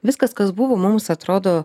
viskas kas buvo mums atrodo